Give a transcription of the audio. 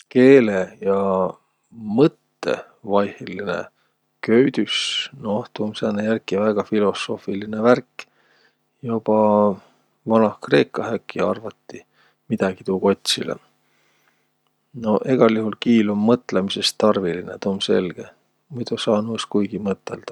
Keele ja mõttõ vaihõlinõ köüdüs, noh, tuu um jälki sääne väega filosoofilinõ värk. Joba Vanah-Kreekah äkki arvati midägi tuu kotsilõ. No egäl juhul kiil um mõtlõmisõs tarvilinõ, tuu um selge. Muido saanu-us kuigi mõtõldaq.